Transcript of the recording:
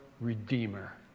Redeemer